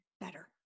better